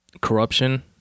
corruption